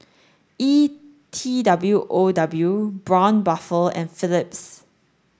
E T W O W Braun Buffel and Phillips